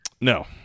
No